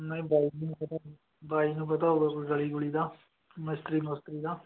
ਨਹੀਂ ਬਾਈ ਨੂੰ ਪਤਾ ਹੋਉਗਾ ਕੋਈ ਗਲੀ ਗੁਲੀ ਦਾ ਮਿਸਤਰੀ ਮੁਸਤਰੀ ਦਾ